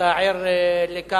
ואתה ער לכך.